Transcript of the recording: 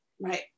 Right